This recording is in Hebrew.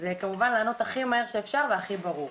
אז כמובן לענות הכי מהר שאפשר והכי ברור.